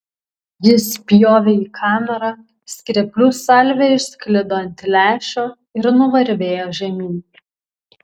jis spjovė į kamerą skreplių salvė išsklido ant lęšio ir nuvarvėjo žemyn